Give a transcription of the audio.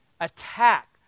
attack